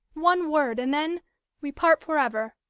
one word, and then we part forever.